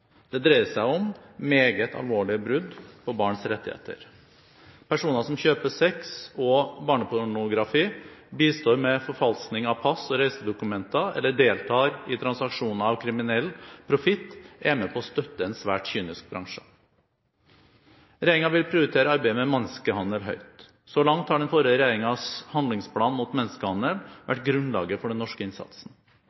Det dreier seg om meget alvorlige brudd på barns rettigheter. Personer som kjøper sex og barnepornografi, bistår med forfalskning av pass og reisedokumenter eller deltar i transaksjoner og kriminell profitt, er med på å støtte en svært kynisk bransje. Regjeringen vil prioritere arbeidet mot menneskehandel høyt. Så langt har den forrige regjeringens handlingsplan mot menneskehandel